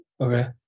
Okay